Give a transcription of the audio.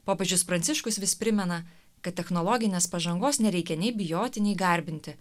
popiežius pranciškus vis primena kad technologinės pažangos nereikia nei bijoti nei garbinti